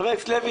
חבר הכנסת לוי,